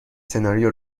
سناریو